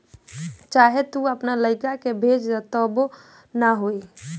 चाहे तू आपन लइका कअ भेज दअ तबो ना होई